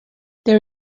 there